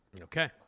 Okay